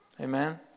Amen